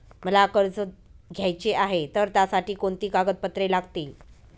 मला कर्ज घ्यायचे आहे तर त्यासाठी कोणती कागदपत्रे लागतील?